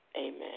Amen